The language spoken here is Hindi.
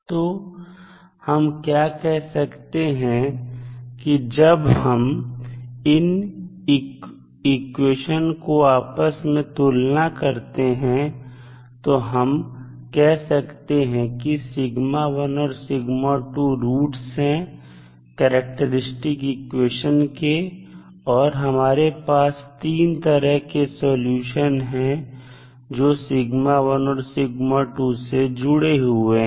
तो हम क्या कह सकते हैं जब हम इन इक्वेशन का आपस में तुलना करते हैं तो हम कह सकते हैं कि और रूट्स हैं करैक्टेरिस्टिक इक्वेशन के और हमारे पास 3 तरह के सॉल्यूशन हैं जो और से जुड़े हुए हैं